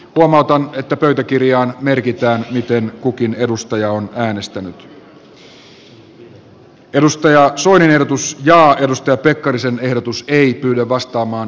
levoton että pöytäkirjaan merkitään miten kukin edustaja hallituksen tiedonanto kreikan kakkostukipaketista ei luo uskottavia edellytyksiä maan selviytymiseksi taloudellisesti kestävälle uralle